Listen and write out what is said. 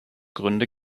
gründe